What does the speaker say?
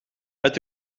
uit